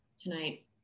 tonight